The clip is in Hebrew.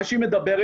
מה שהיא מדברת,